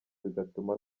bigatuma